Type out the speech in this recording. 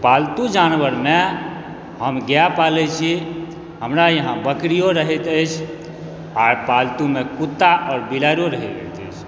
पालतू जानवर मे हम गाय पालै छी हमरा यहाँ बकरियो रहैत अछि आर पालतू मे कुत्ता और बिलाइरो रहैत अछि